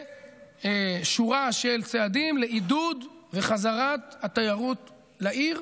לשורה של צעדים לעידוד וחזרת התיירות לעיר.